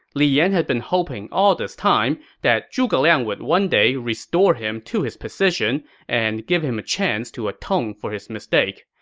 li yan had been hoping all this time that zhuge liang would one day restore him to his position and give him a chance to atone for his mistake.